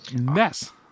mess